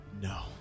no